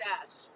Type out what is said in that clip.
Dash